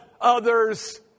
others